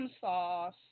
sauce